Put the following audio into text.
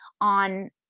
on